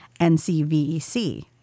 NCVEC